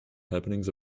happenings